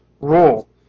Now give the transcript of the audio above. role